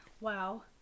Wow